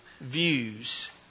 views